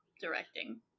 directing